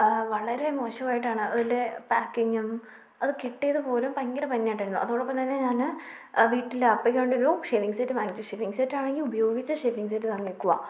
വളരെ മോശമായിട്ടാണ് അതിൻ്റെ പാക്കിങ്ങും അത് കിട്ടിയതുപോലും ഭയങ്കര പഞ്ഞിയായിട്ടായിരുന്നു അതോടൊപ്പം തന്നെ ഞാൻ വീട്ടിൽ അപ്പയ്ക്കു വേണ്ടിയൊരു ഷേവിംങ് സെറ്റ് വാങ്ങിച്ചു ഷേവിംങ് സെറ്റ് ആണെങ്കിൽ ഉപയോഗിച്ച ഷേവിംങ് സെറ്റ് തന്നിരിക്കുകയാണ്